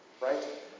Right